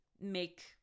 make